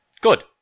Good